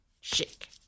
Shake